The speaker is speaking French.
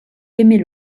aimer